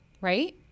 right